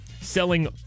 selling